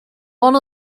one